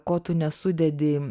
ko tu nesudedi